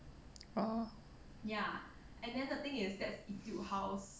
oh